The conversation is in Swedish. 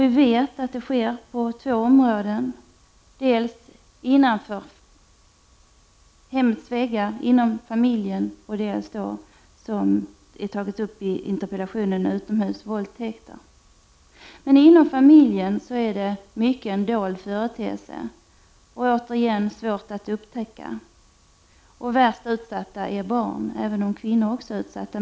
Vi vet att det sker på två områden: dels innanför hemmets väggar, inom familjen, dels utomhus, t.ex. i form av utomhusvåldtäkter, som tagits upp i interpellationen. Inom familjen är detta i mycket en dold företeelse, något som är svårt att upptäcka. Värst utsatta är barn, även om också kvinnor är utsatta.